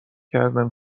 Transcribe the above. کردم